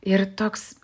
ir toks